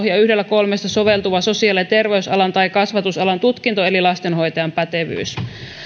ja yhdellä kolmesta soveltuva sosiaali ja terveysalan tai kasvatusalan tutkinto eli lastenhoitajan pätevyys